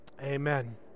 amen